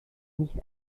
nicht